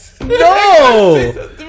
No